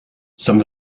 some